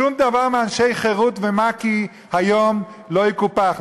שום דבר מאנשי חרות ומק"י היום לא יקופח,